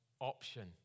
option